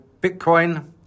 Bitcoin